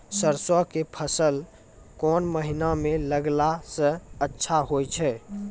सरसों के फसल कोन महिना म लगैला सऽ अच्छा होय छै?